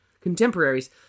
contemporaries